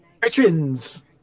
Patrons